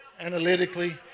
analytically